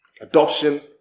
Adoption